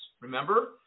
Remember